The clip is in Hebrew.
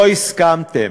לא הסכמתם.